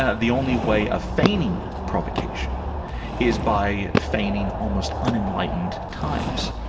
ah the only way of feigning provocation is by feigning almost unenlightened times.